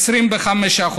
כ-25%.